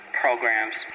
programs